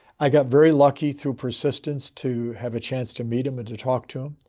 i got very lucky through persistance to have a chance to meet him and to talk to him.